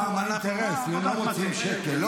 הם השתמשו בתירוץ: אנחנו עובדים על הצעה ממשלתית.